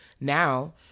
Now